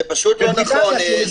זה פשוט לא נכון.